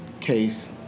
case